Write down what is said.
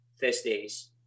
Thursdays